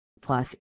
Plus